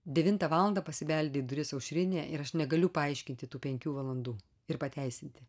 devintą valandą pasibeldė į duris aušrinė ir aš negaliu paaiškinti tų penkių valandų ir pateisinti